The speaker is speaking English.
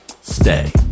Stay